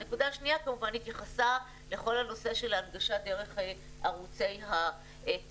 הנקודה השניה כמובן התייחסה לכל הנושא של ההנגשה דרך ערוצי הטלויזיה.